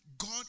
God